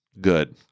good